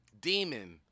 demon